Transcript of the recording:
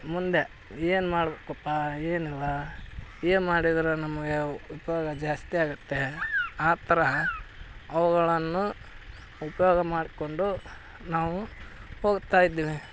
ಮುಂದೆ ಏನು ಮಾಡಬೇಕಪ್ಪ ಏನಿಲ್ಲ ಏನು ಮಾಡಿದ್ರೆ ನಮಗೆ ಉಪಯೋಗ ಜಾಸ್ತಿ ಆಗುತ್ತೆ ಆ ತರಹ ಅವುಗಳನ್ನು ಉಪಯೋಗ ಮಾಡಿಕೊಂಡು ನಾವು ಹೋಗ್ತಾ ಇದ್ದೀವಿ